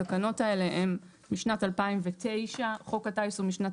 התקנות האלה הן משנת 2009. חוק הטייס הוא משנת